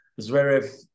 Zverev